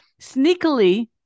sneakily